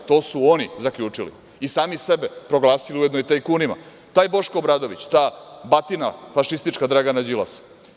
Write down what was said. To su oni zaključili i sami sebe proglasili ujedno i tajkunima, taj Boško Obradović, ta batina fašistička Dragana Đilasa.